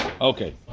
Okay